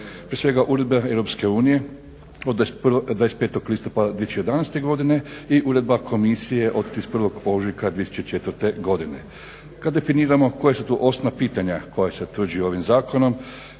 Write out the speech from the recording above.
prije svega Uredba EU od 25. listopada 2011. godine i Uredba Komisije od 31. ožujka 2004. godine. Kad definiramo koja su to osnovna pitanja koja se utvrđuju ovim zakonom